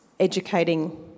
educating